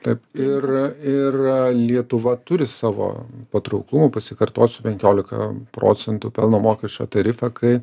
taip ir ir lietuva turi savo patrauklumo pasikartosiu penkiolika procentų pelno mokesčio tarifą kai